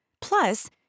Plus